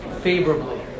favorably